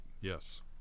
Yes